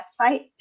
website